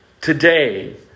Today